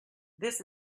this